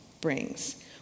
brings